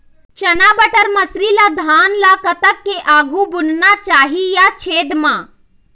चना बटर मसरी ला धान ला कतक के आघु बुनना चाही या छेद मां?